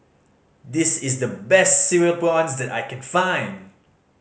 this is the best Cereal Prawns that I can find